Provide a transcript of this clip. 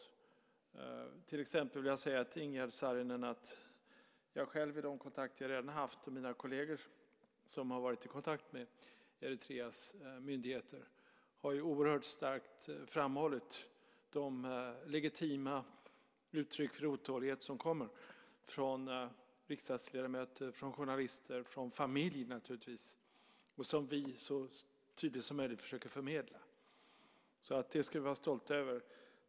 Jag vill till exempel säga till Ingegerd Saarinen att jag själv, i de kontakter jag redan har haft, och mina kolleger, som har varit i kontakt med Eritreas myndigheter, oerhört starkt har framhållit de legitima uttryck för otålighet som kommer från riksdagsledamöter, journalister och familjen. Vi försöker förmedla detta så tydligt som möjligt. Det ska vi vara stolta över.